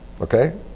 Okay